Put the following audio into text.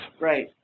Right